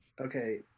okay